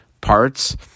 parts